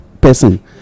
person